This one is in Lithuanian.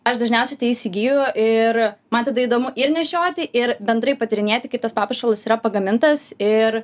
aš dažniausiai tai įsigyju ir man tada įdomu ir nešioti ir bendrai patyrinėti kaip tas papuošalas yra pagamintas ir